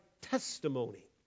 testimony